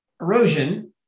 erosion